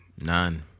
None